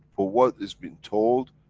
for what is been told,